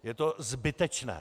Je to zbytečné.